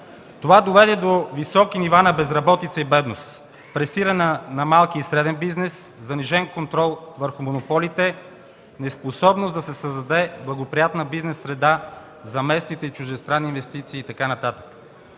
Това доведе до високи нива на безработица и бедност, пресиране на малкия и среден бизнес, занижен контрол върху монополите, неспособност да се създаде благоприятна бизнес среда за местните и чуждестранни инвестиции и така